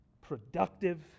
productive